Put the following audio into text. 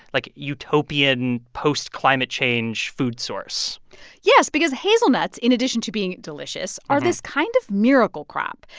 like, utopian post-climate change food source yes because hazelnuts, in addition to being delicious, are this kind of miracle crop.